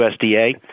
USDA